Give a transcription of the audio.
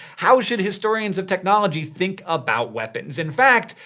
how should historians of technology think about weapons? in fact,